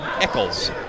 Eccles